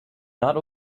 not